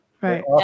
Right